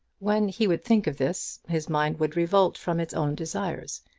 when he would think of this, his mind would revolt from its own desires,